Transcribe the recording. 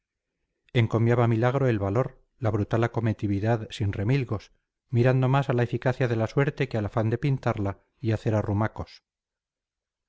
encomiaba milagro el valor la brutal acometividad sin remilgos mirando más a la eficacia de la suerte que al afán de pintarla y hacer arrumacos